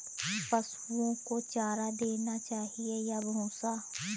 पशुओं को चारा देना चाहिए या भूसा?